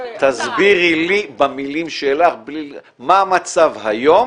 תסבירי לי במילים שלך מה המצב היום